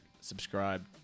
subscribe